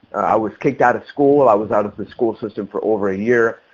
was kicked out of school. and i was out of the school system for over a year.